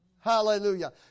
Hallelujah